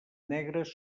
negres